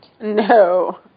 No